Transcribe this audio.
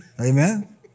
Amen